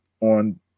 on